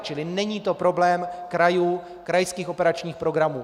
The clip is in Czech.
Čili není to problém krajů, krajských operačních programů.